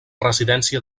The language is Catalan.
residència